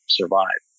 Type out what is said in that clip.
survive